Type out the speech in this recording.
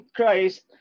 Christ